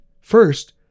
first